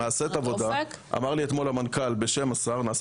-- וגם ללחוץ על הכספים הקואליציוניים.